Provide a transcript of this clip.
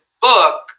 book